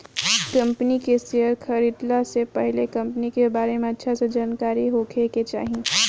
company के share खरीदला से पहिले कंपनी के बारे में अच्छा से जानकारी होखे के चाही